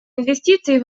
инвестиций